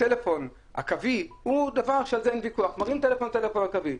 הטלפון הקווי הוא דבר שעל זה אין ויכוח כשהוא מרים טלפון קווי.